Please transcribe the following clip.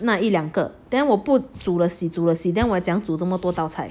那一两个 then 我不煮了洗煮了洗 then 我怎样可以煮这么多道菜